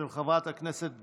של חברת הכנסת גולן.